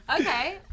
Okay